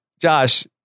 Josh